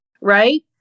right